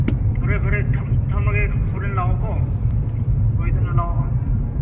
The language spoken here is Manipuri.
ꯐꯔꯦ ꯐꯔꯦ ꯊꯝꯃꯒꯦ ꯍꯣꯔꯦꯟ ꯂꯥꯛꯑꯣꯀꯣ ꯁꯣꯏꯗꯅ ꯂꯥꯛꯑꯣ ꯑꯥ